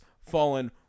fallen